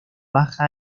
baja